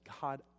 God